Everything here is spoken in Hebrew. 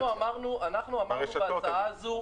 אנחנו אמרנו בהצעה הזו,